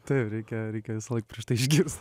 taip reikia reikia visąlaik prieš tai išgirst